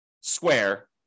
square